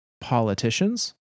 politicians